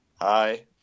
Hi